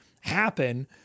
happen